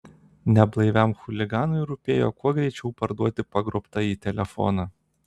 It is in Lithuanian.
neblaiviam chuliganui rūpėjo kuo greičiau parduoti pagrobtąjį telefoną